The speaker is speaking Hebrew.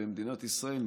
במדינת ישראל,